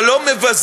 אבל לא מבזים,